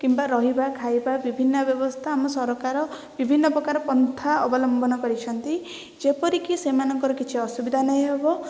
କିମ୍ବା ରହିବା ଖାଇବା ବିଭିନ୍ନ ବ୍ୟବସ୍ଥା ଆମ ସରକାର ବିଭିନ୍ନ ପ୍ରକାର ପନ୍ଥା ଅବଲମ୍ବନ କରିଛନ୍ତି ଯେପରିକି ସେମାନଙ୍କର କିଛି ଅସୁବିଧା ନ ହେବ